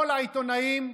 וכל העיתונאים,